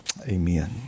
Amen